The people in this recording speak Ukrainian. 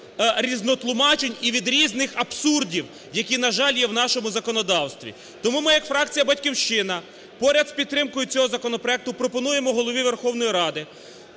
різнотлумачень і від різних абсурдів, які, на жаль, є в нашому законодавстві. Тому ми як фракція "Батьківщина" поряд з підтримкою цього законопроекту пропонуємо Голові Верховної Ради